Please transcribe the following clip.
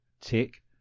tick